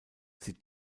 sie